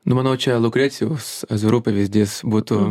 nu manau čia lukrecijaus azerų pavyzdys būtų